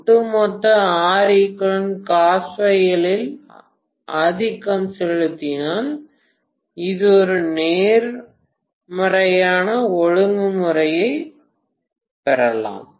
ஒட்டுமொத்த இல் ஆதிக்கம் செலுத்துவதால் நாம் ஒரு நேர்மறையான ஒழுங்குமுறையைப் பெறலாம்